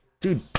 dude